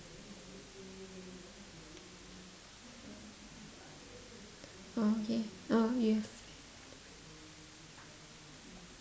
oh okay oh you